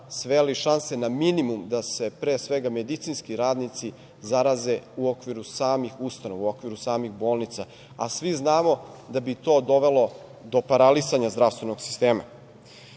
sveli šanse na minimum da se pre svega medicinski radnici zaraze u okviru samih ustanova, u okviru samih bolnica, a svi znamo da bi to dovelo do paralisanja zdravstvenog sistema. Sa